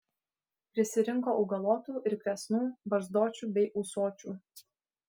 prisirinko augalotų ir kresnų barzdočių bei ūsočių